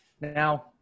Now